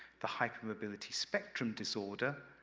the hypermobility spectrum disorder,